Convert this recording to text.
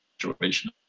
situation